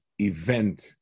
event